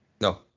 No